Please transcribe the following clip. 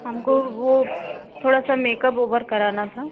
हमको वह थोड़ा सा मेकअप ओवर कराना था